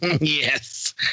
Yes